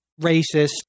racist